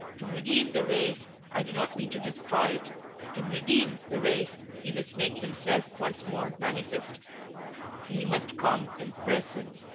to redeem the race i do not mean to destroy it to redeem the race, he must make himself once more manifest he must come in person.